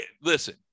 Listen